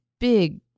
big